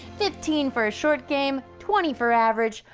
fifteen for a short game, twenty for average,